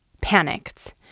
panicked